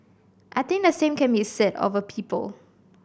I think the same can be said of a people